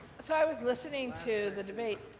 so i was listening to the debate.